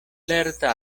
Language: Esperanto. lerta